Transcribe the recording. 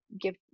give